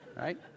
right